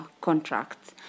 contracts